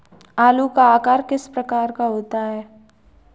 आलू का आकार किस प्रकार का होता है?